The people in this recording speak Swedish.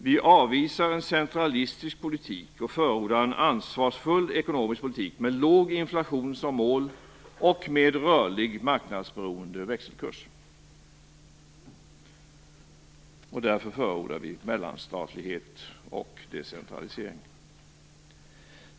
Vi avvisar en centralistisk politik och förordar en ansvarsfull ekonomisk politik med låg inflation som mål och med rörlig marknadsberoende växelkurs. Därför förordar vi mellanstatlighet och decentralisering.